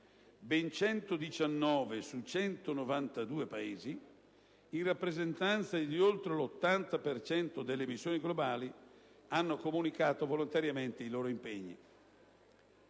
Ben 119 su 192 Paesi, in rappresentanza di oltre l'80 per cento delle emissioni globali, hanno comunicato volontariamente i loro impegni.